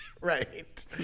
Right